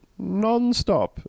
nonstop